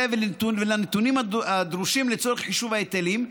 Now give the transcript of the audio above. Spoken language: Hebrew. ולנתונים הדרושים לצורך חישוב ההיטלים,